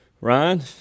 Ryan